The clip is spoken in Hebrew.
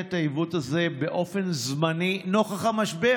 את העיוות הזה באופן זמני נוכח המשבר?